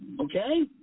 Okay